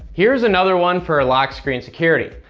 here's another one for lock screen security.